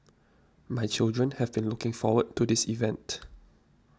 my children have been looking forward to this event